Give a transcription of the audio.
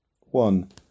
One